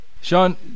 Sean